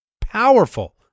powerful